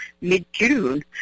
mid-June